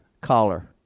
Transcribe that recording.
collar